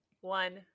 one